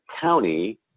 County